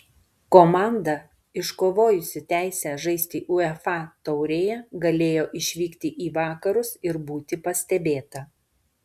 komanda iškovojusi teisę žaisti uefa taurėje galėjo išvykti į vakarus ir būti pastebėta